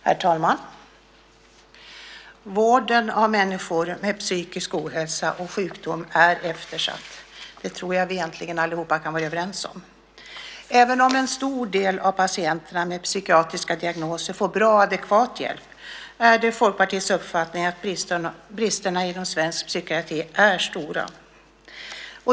Herr talman! Vården av människor med psykisk ohälsa och sjukdom är eftersatt. Det tror jag att vi alla kan vara överens om. Även om en stor del av patienterna med psykiatriska diagnoser får bra och adekvat hjälp är det Folkpartiets uppfattning att bristerna inom svensk psykiatri är stora.